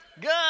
Good